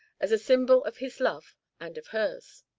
as a symbol of his love and of hers.